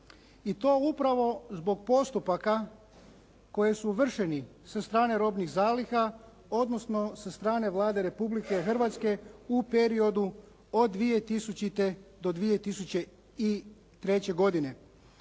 i to upravo zbog postupaka koji su vršeni sa strane robnih zaliha, odnosno sa strane Vlade Republike Hrvatske u periodu od 2000. do 2003. godine,